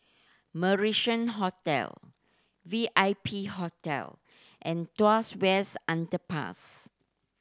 Marrison Hotel VIP Hotel and Tuas West Underpass